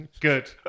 good